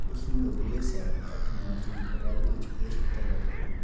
ਉਸ ਨੂੰ ਅਗਲੇ ਸਾਲ ਅੱਠ ਮਾਰਚ ਨੂੰ ਅਦਾਲਤ ਵਿੱਚ ਪੇਸ਼ ਕੀਤਾ ਜਾਵੇਗਾ